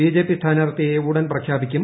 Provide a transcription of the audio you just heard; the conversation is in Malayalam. ബിജെപി സ്ഥാനാർത്ഥിയെ ഉടൻ പ്രഖ്യാപിക്കും